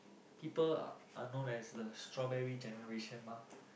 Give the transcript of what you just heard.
people are known as the strawberry generation mah